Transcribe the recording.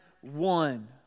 one